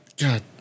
God